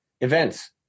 Events